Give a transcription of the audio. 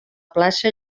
plaça